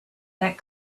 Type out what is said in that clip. that